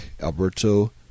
Alberto